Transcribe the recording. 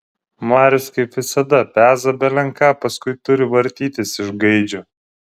marius kaip visada peza belen ką paskui turi vartytis iš gaidžio